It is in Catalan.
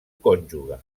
cònjuge